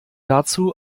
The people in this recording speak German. dazu